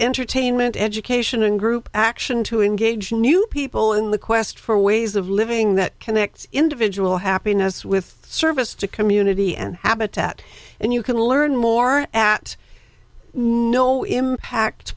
entertainment education and group action to engage new people in the quest for ways of living that connects individual happiness with service to community and habitat and you can learn more at no impact